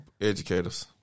Educators